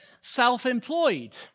self-employed